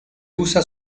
usa